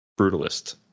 brutalist